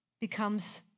becomes